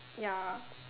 ya